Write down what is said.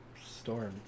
storm